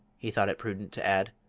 he thought it prudent to add,